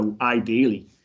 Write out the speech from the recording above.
ideally